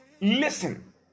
listen